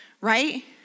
right